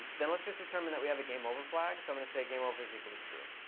then let's just determine that we have a game over flag. so i'm going to say game over is equal to true.